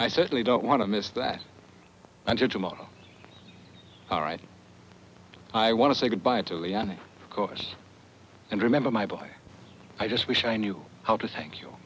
i certainly don't want to miss that until tomorrow all right i want to say good bye to leon of course and remember my boy i just wish i knew how to thank you